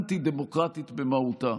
אנטי-דמוקרטית במהותה.